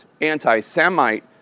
anti-Semite